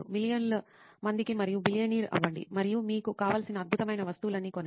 మిలియన్ల మందికి మరియు బిలియనీర్ అవ్వండి మరియు మీకు కావలసిన అద్భుతమైన వస్తువులన్నీ కొనండి